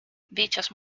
dichos